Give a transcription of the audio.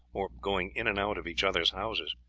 or going in and out of each other's houses.